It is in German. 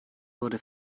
wurde